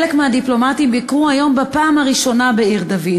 חלק מהדיפלומטים ביקרו היום בפעם הראשונה בעיר-דוד